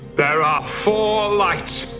there are four light